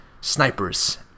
snipers